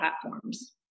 platforms